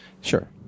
Sure